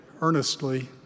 earnestly